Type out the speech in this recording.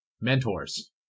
mentors